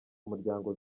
umuryango